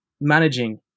managing